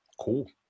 Cool